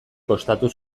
kostatu